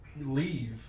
leave